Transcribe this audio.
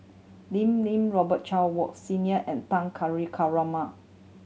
Lim Lee Robet Carr Wood Senior and Kulasekaram